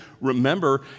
remember